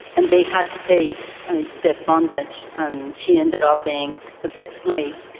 and they had to pay the bondage and she ended up being a sex slave.